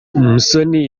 musoni